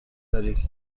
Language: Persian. دارید